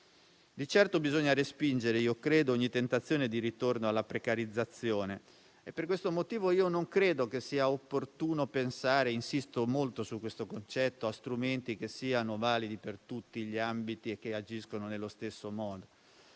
che bisogna respingere ogni tentazione di ritorno alla precarizzazione e per questo motivo non credo sia opportuno pensare - insisto molto su questo concetto - a strumenti che siano validi per tutti gli ambiti e che agiscano nello stesso modo.